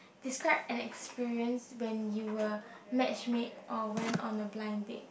describe an experience when you were match made or went on a blind date